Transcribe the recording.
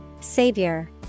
Savior